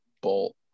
bolt